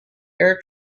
air